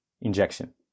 injection